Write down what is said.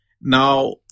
Now